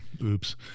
oops